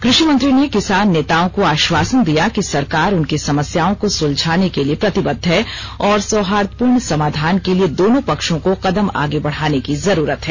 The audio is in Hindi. कृषि मंत्री ने किसान नेताओं को आश्वासन दिया कि सरकार उनकी समस्याओं को सुलझाने के लिए प्रतिबद्ध है और सौहार्दपूर्ण समाधान के लिए दोनों पक्षों को कदम आगे बढाने की जरूरत है